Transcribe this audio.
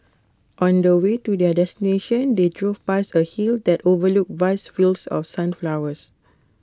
on the way to their destination they drove past A hill that overlooked vast fields of sunflowers